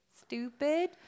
Stupid